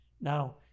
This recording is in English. Now